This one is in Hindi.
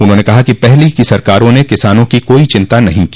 उन्होंने कहा कि पहली की सरकारों ने किसानों की कोई चिंता नहीं को